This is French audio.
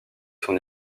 son